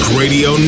radio